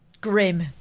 Grim